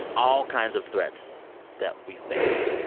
all kinds of threats that we face.